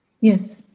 Yes